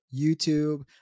YouTube